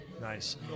nice